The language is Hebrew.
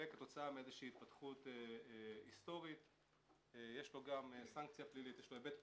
וכתוצאה מהתפתחות היסטורית יש לו גם היבט פלילי.